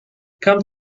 come